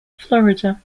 florida